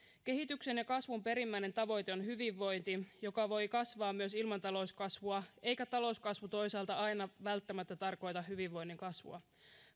kehityksen ja kasvun perimmäinen tavoite on hyvinvointi joka voi kasvaa myös ilman talouskasvua eikä talouskasvu toisaalta aina välttämättä tarkoita hyvinvoinnin kasvua